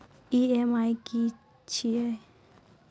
EMI की छिये?